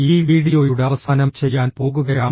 ഈ വീഡിയോയുടെ അവസാനം ചെയ്യാൻ പോകുകയാണോ